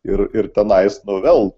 ir ir tenais nu vėl